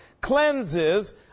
cleanses